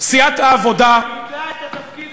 סיעת העבודה, ביטלה את התפקיד הזה.